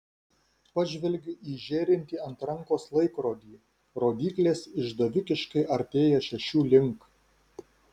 pažvelgiu į žėrintį ant rankos laikrodį rodyklės išdavikiškai artėja šešių link